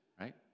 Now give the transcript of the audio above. right